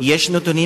יש נתונים,